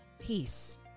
peace